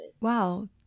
Wow